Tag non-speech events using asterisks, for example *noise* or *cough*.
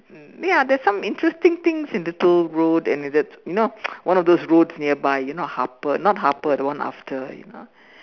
mm ya there's some interesting things in Little Road and it's that you know *noise* one of those roads nearby you know Harper no not Harper you know the one after you know